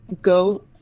go